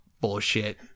bullshit